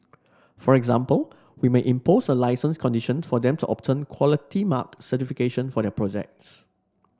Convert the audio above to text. for example we may impose a licence condition for them to obtain Quality Mark certification for their projects